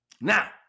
Now